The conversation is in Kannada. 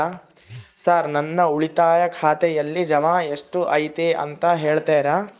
ಸರ್ ನನ್ನ ಉಳಿತಾಯ ಖಾತೆಯಲ್ಲಿ ಜಮಾ ಎಷ್ಟು ಐತಿ ಅಂತ ಹೇಳ್ತೇರಾ?